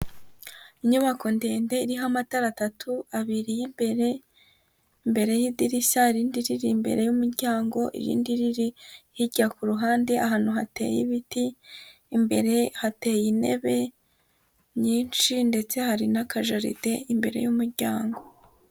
Inyubako ndende iriho amatara atatu, abiri y'imbere, imbere y'idirishya, irindi riri imbere y'umuryango irindi riri hirya ku ruhande ahantu hateye ibiti, imbere hateye intebe nyinshi ndetse hari n'akajaride imbere y'umuryango.